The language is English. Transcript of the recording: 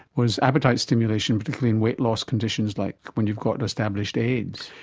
was appetite stimulation, particularly in weight loss conditions like when you've got and established aids.